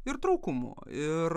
ir trūkumų ir